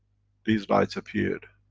these lights appeared,